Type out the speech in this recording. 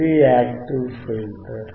ఇది active filter